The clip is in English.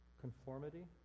conformity